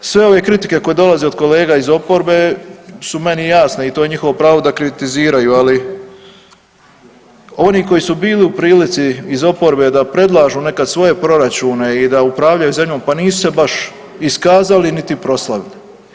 Sve ove kritike koje dolaze od kolega iz oporbe su meni jasne i to je njihovo pravo da kritiziraju, ali oni koji su bili u prilici iz oporbe da predlažu nekad svoje proračune i da upravljaju zemljom, pa nisu se baš iskazali niti proslavili.